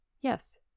Yes